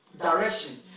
Direction